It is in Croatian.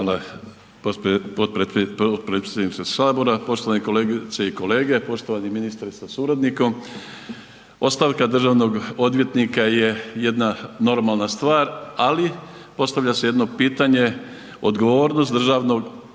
Hvala potpredsjedniče Sabora. Poštovane kolegice i kolege, poštovani ministre sa suradnikom. Ostavka državnog odvjetnika je jedna normalna stvar, ali postavlja se jedno pitanje odgovornosti državnog